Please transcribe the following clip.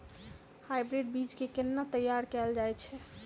Hybrid बीज केँ केना तैयार कैल जाय छै?